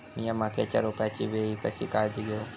मीया मक्याच्या रोपाच्या वेळी कशी काळजी घेव?